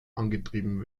angetrieben